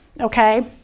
okay